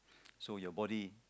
so your body